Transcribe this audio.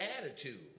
attitude